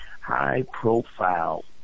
high-profile